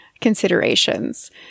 considerations